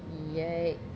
yikes